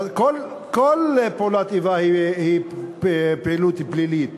כל פעולת איבה היא פעילות פלילית,